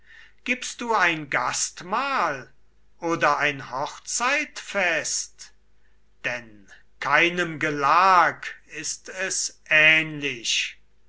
gibst du ein gastmahl oder ein hochzeitfest denn keinem gelag ist es ähnlich